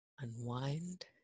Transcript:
unwind